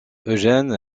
eugène